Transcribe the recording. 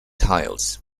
tiles